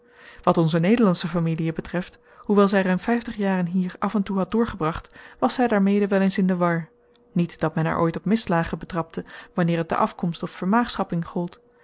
wat onze nederlandsche familiën betreft hoewel zij ruim vijftig jaren hier af en toe had doorgebracht was zij daarmede wel eens in de war niet dat men haar ooit op misslagen betrapte wanneer het de afkomst of vermaagschapping gold